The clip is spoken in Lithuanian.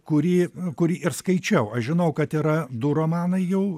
kurį kurį ir skaičiau aš žinau kad yra du romanai jau